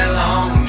long